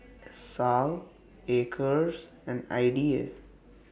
Sal Acres and Ida